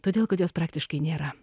todėl kad jos praktiškai nėra